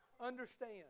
Understand